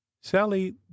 sally